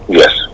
yes